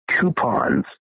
coupons